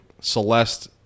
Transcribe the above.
Celeste